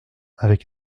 avec